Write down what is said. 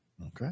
Okay